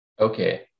Okay